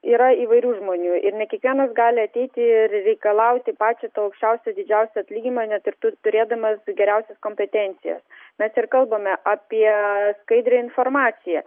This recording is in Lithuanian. yra įvairių žmonių ir ne kiekvienas gali ateiti ir reikalauti pačio to aukščiausio didžiausio atlyginimo net ir tu turėdamas geriausias kompetencijas mes ir kalbame apie skaidrią informaciją